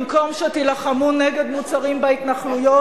במקום שתילחמו נגד מוצרים בהתנחלויות,